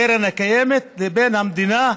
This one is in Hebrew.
הקרן הקיימת, לבין המדינה,